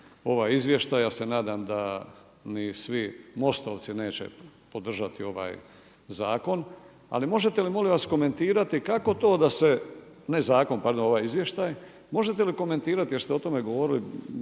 ovaj izvještaj, ja se nadam da ni svi MOST-ovci neće podržati ovaj zakon, ali možete li molim vas komentirati kako to da se, ne zakon, pardon ovaj izvještaj, možete li komentirati jer ste o tome govorili